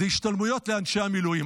זה על ההשתלמויות לאנשי המילואים.